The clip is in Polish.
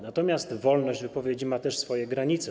Natomiast wolność wypowiedzi ma też swoje granice.